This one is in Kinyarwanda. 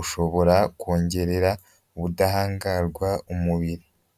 ushobora kongerera ubudahangarwa umubiri.